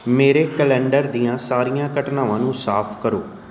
ਮੇਰੇ ਕੈਲੰਡਰ ਦੀਆਂ ਸਾਰੀਆਂ ਘਟਨਾਵਾਂ ਨੂੰ ਸਾਫ਼ ਕਰੋ